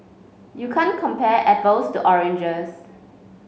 you can't compare apples to oranges